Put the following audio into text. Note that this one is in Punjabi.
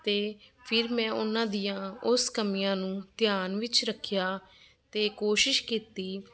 ਅਤੇ ਫਿਰ ਮੈਂ ਉਹਨਾਂ ਦੀਆਂ ਉਸ ਕਮੀਆਂ ਨੂੰ ਧਿਆਨ ਵਿੱਚ ਰੱਖਿਆ ਅਤੇ ਕੋਸ਼ਿਸ਼ ਕੀਤੀ